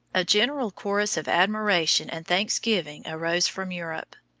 a general chorus of admiration and thanksgiving arose from europe.